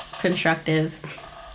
constructive